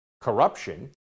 corruption